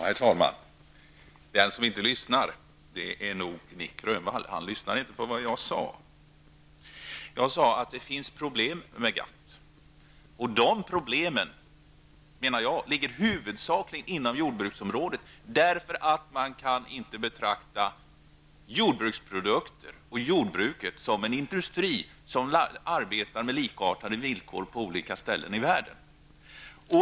Herr talman! Den som inte lyssnar är Nic Grönvall. Han lyssnade inte på vad jag sade. Jag sade att det finns problem med GATT. Dessa problem ligger huvudsakligen inom jordbruksområdet. Man kan inte betrakta jordbruket och dess produkter som en industri, som arbetar under likartade villkor på olika ställen i världen.